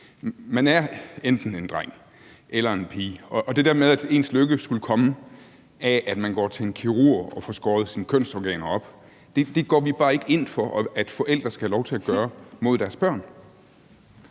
Man er enten en dreng eller en pige, og det der med, at ens lykke skulle komme af, at man går til en kirurg og får skåret sine kønsorganer op, tror vi ikke på. Det går vi bare ikke ind for at forældre skal have lov til at gøre mod deres børn.